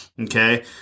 okay